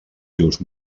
seus